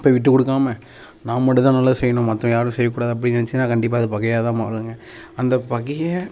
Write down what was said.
இப்போ விட்டுக் கொடுக்காம நான் மட்டும் தான் நல்லது செய்யணும் மற்றவங்க யாரும் செய்யக்கூடாது அப்படின்னு நினச்சிங்கன்னா கண்டிப்பாக அது பகையாக தான் மாறுங்க அந்தப் பகையை